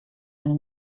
eine